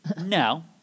No